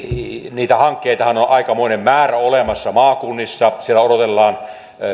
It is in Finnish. niitä hankkeitahan on aikamoinen määrä olemassa maakunnissa siellä odotellaan